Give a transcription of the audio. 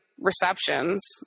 receptions